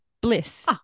bliss